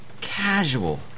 Casual